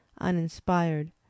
uninspired